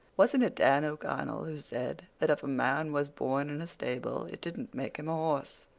wasn't it dan o'connell who said that if a man was born in a stable it didn't make him a horse?